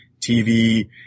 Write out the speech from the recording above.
TV